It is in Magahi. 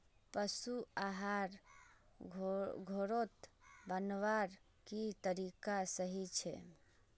पशु आहार घोरोत बनवार की तरीका सही छे?